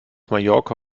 mallorca